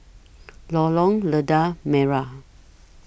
Lorong Lada Merah